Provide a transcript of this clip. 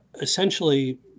essentially